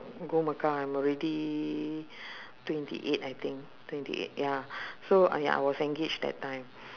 go mecca I'm already twenty eight I think twenty eight ya so uh ya I was engaged that time